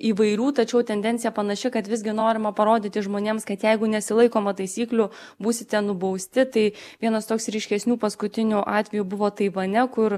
įvairių tačiau tendencija panaši kad visgi norima parodyti žmonėms kad jeigu nesilaikoma taisyklių būsite nubausti tai vienas toks ryškesnių paskutinių atvejų buvo taivane kur